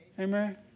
Amen